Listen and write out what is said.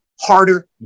harder